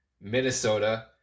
Minnesota